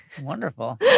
Wonderful